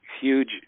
huge